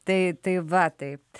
tai tai va taip